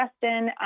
justin